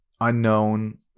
unknown